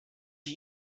ich